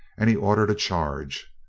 and he ordered a charge.